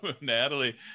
Natalie